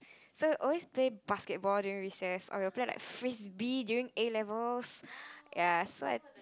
so we always play basketball during recess or they will play like frisbee during A-levels ya so I